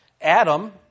Adam